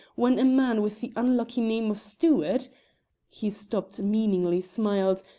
when a man with the unlucky name of stewart he stopped, meaningly smiled,